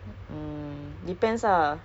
rezeki